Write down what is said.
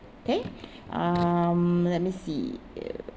okay um let me see